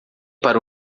para